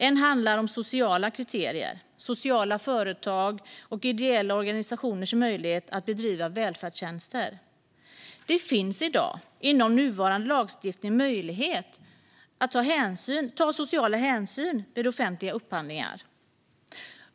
En handlar om sociala kriterier, sociala företag och ideella organisationers möjligheter att bedriva välfärdstjänster. Det finns med nuvarande lagstiftning möjlighet att ta sociala hänsyn vid offentliga upphandlingar.